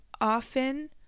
often